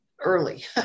early